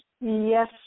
Yes